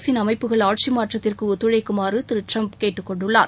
அரசின் அமைப்புகள் ஆட்சி மாற்றத்திற்கு ஒத்துழைக்குமாறு திரு டிரம்ப் கேட்டுக் கொண்டுள்ளார்